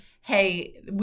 hey